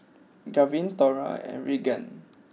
Garvin Thora and Reagan